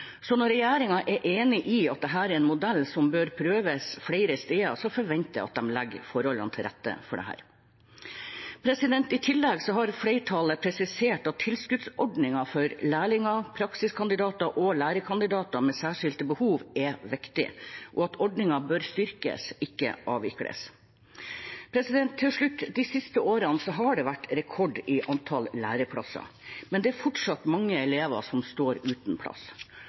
Så når regjeringen er enig i at dette er en modell som bør prøves flere steder, forventer jeg at de legger forholdene til rette for det. I tillegg har flertallet presisert at tilskuddsordningen for lærlinger, praksiskandidater og lærekandidater med særskilte behov er viktig, og at ordningen bør styrkes, ikke avvikles. Til slutt: De siste årene har det vært rekord i antall læreplasser, men det er fortsatt mange elever som står uten plass.